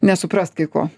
nesuprast kai ko